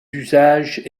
usages